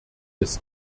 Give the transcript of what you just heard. des